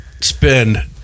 spend